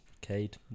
Cade